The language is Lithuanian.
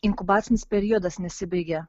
inkubacinis periodas nesibaigė